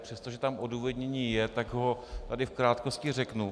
Přestože tam odůvodnění je, tak ho tady v krátkosti řeknu.